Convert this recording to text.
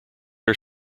are